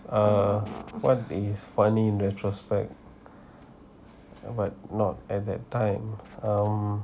err what is funny retrospect but not at that time um